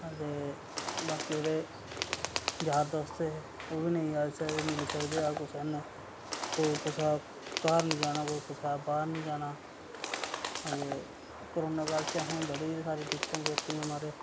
ते बाकी जेह्ड़े यार दोस्त हे ओह् बी नेईं आई सकदे मिली सकदे कुसै कन्नै कोई कुसै दे घर नी जाना कोई कुसै दे बार नी जाना अदे कोरोना काल च अहें बड़ी सारी दिक्कतां कट्टियां महारज